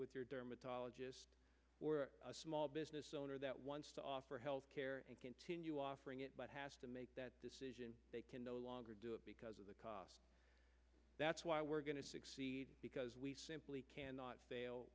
with your dermatologist a small business owner that wants to offer health care and continue offering it but has to make that decision they can no longer do it because of the cost that's why we're going to succeed because we simply cannot